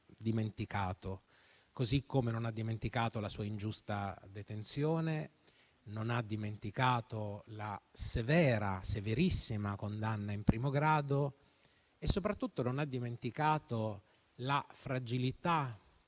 dimenticato. Così come non ha dimenticato la sua ingiusta detenzione; non ha dimenticato la severa, severissima condanna in primo grado e soprattutto non ha dimenticato la fragilità